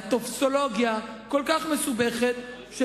הטופסולוגיה כל כך מסובכת,